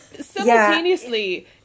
simultaneously